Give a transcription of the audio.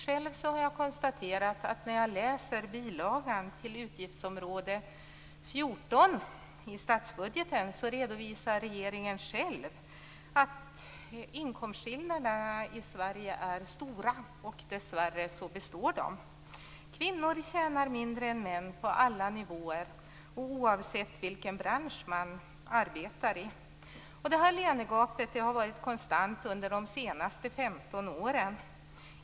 Själv har jag, när jag har läst bilagan till utgiftsområde 14 i statsbudgeten, konstaterat att regeringen själv redovisar att inkomstskillnaderna i Sverige är stora och att de dessvärre består. Kvinnor tjänar mindre än män på alla nivåer oavsett vilken bransch man arbetar i. Detta lönegap har varit konstant under de senaste 15 åren.